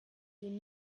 den